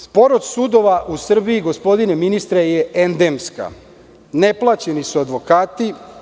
Sporost sudova u Srbiji, gospodine ministre, je endemska i neplaćeni su advokati.